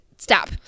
stop